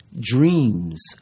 dreams